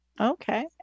Okay